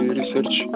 research